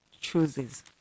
chooses